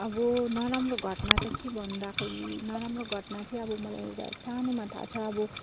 अब नराम्रो घटना त के भन्दाखेरि नराम्रो घटना चाहिँ अब मलाई एउटा सानोमा थाहा छ अब